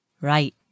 Right